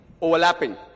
overlapping